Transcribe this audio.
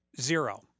Zero